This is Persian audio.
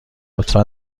لطفا